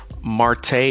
Marte